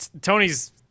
Tony's